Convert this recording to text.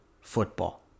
football